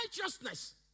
righteousness